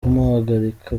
kumuhagarika